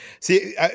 See